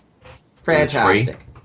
fantastic